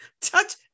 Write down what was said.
touch